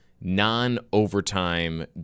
non-overtime